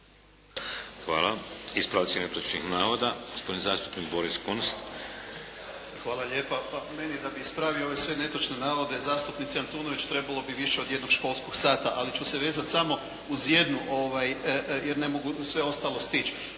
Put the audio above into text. Hvala. Ispravci netočnih navoda. Gospodin zastupnik Boris Kunst. **Kunst, Boris (HDZ)** Hvala lijepa. Pa meni da bih ispravio ove sve netočne navode zastupnice Antunović trebalo bi više od jednog školskog sata, ali ću se vezati samo uz jednu, jer ne mogu sve ostalo stići,